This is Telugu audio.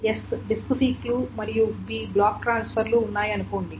s డిస్క్ సీక్లు మరియు b బ్లాక్ ట్రాన్స్ఫర్లు ఉన్నాయి అనుకోండి